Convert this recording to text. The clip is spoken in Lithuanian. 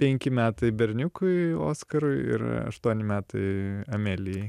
penki metai berniukui oskarui ir aštuoni metai amelijai